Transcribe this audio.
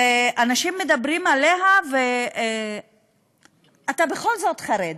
ואנשים מדברים עליה, ואתה בכל זאת חרד.